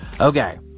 Okay